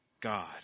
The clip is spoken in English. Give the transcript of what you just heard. God